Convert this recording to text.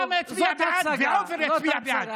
אוסאמה יצביע בעד ועופר יצביע בעד.